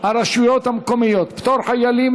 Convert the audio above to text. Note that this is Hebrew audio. הרשויות המקומיות (פטור חיילים,